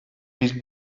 bir